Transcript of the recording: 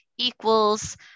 equals